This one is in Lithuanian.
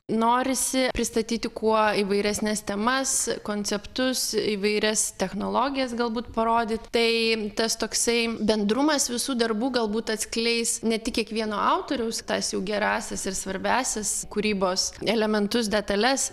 norisi pristatyti kuo įvairesnes temas konceptus įvairias technologijas galbūt parodyt tai tas toksai bendrumas visų darbų galbūt atskleis ne tik kiekvieno autoriaus tas jų gerąsias ir svarbiąsias kūrybos elementus detales